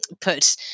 put